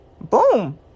Boom